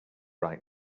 right